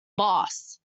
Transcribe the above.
boss